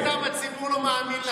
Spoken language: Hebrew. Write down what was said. לא סתם הציבור לא מאמין לכם.